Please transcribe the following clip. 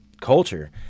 culture